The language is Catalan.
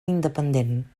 independent